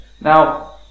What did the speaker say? Now